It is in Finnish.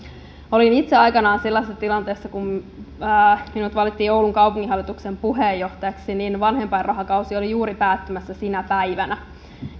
olin itse aikanaan sellaisessa tilanteessa kun minut valittiin oulun kaupunginhallituksen puheenjohtajaksi että vanhempainrahakausi oli juuri päättymässä sinä päivänä